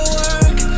work